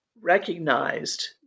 recognized